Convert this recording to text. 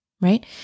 right